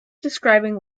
describing